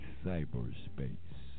cyberspace